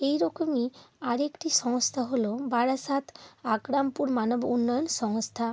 এই রকমই আর একটি সংস্থা হলো বারাসাত আকরামপুর মানব উন্নয়ন সংস্থা